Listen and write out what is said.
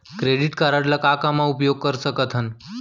Credit card ला का का मा उपयोग कर सकथन?